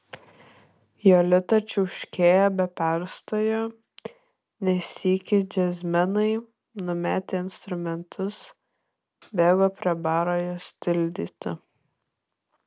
jolita čiauškėjo be perstojo ne sykį džiazmenai numetę instrumentus bėgo prie baro jos tildyti